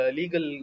legal